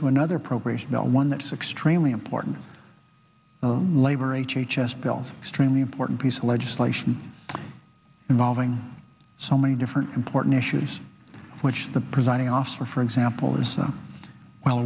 to another appropriation bill one that's extremely important the labor h h s bills extremely important piece of legislation involving so many different important issues which the presiding officer for example is now well